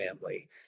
family